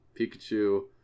Pikachu